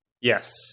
Yes